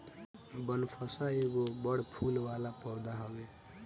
बनफशा एगो बड़ फूल वाला पौधा हवे